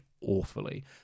awfully